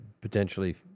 potentially